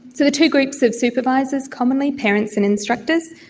so the two groups of supervisors, commonly parents and instructors,